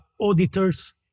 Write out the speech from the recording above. auditors